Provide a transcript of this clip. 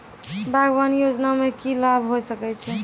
बागवानी योजना मे की लाभ होय सके छै?